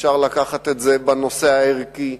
אפשר לקחת את זה בנושא הערכי,